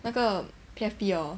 那个 P_F_P hor